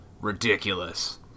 ridiculous